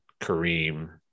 Kareem